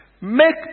Make